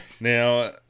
Now